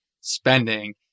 spending